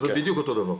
זה בדיוק אותו דבר.